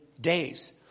days